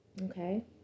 okay